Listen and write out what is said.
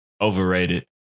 Overrated